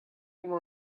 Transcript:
emañ